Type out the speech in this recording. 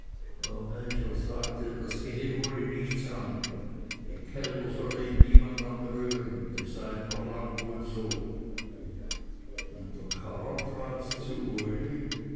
sagte das gehe uli nichts an die kälber solle ihm niemand anrühren die seien noch lang wohl so und der karrer trat zu